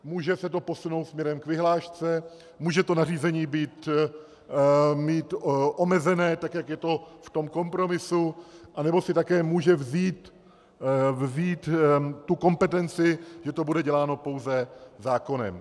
Může se to posunout směrem k vyhlášce, může to nařízení mít omezené, tak jak je to v tom kompromisu, anebo si také může vzít tu kompetenci, že to bude děláno pouze zákonem.